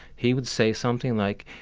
he would say something like,